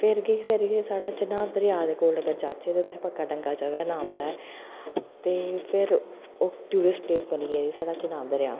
ते फिर केह् अग्गें चन्हांऽ दरेआ दे कोल जाचै ते उत्थै इक्क पक्का डंगा जगह् दा नांऽ आंदा ते फिर ओह् टुरिस्ट प्लेस बनी गेदी ऐ साढ़ा चन्हांऽ दरेआ